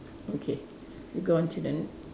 okay we going to the